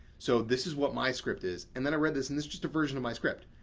so, this is what my script is. and then i read this, and it's just a version of my script.